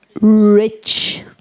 rich